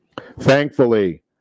Thankfully